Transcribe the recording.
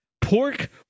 pork